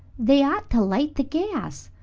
they ought to light the gas.